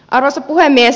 arvoisa puhemies